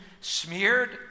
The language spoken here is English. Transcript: smeared